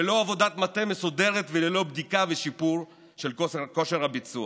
ללא עבודת מטה מסודרת וללא בדיקה ושיפור של כושר הביצוע.